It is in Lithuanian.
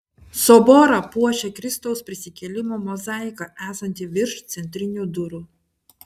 soborą puošia kristaus prisikėlimo mozaika esanti virš centrinių durų